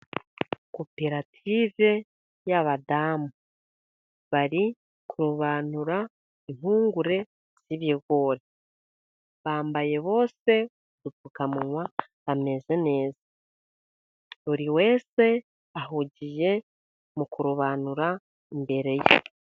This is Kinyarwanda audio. Koperative y'abadamu, bari kurobanura impungure z'ibigori, bambaye bose udupfukamunwa bameze neza, buri wese ahugiye mu kurobanura imbere ye.